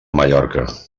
mallorca